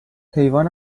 حیوان